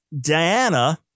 Diana